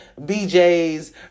BJ's